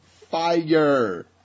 fire